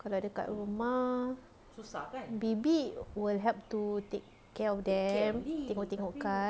kalau dekat rumah bibik will help to take care of them tengok-tengokkan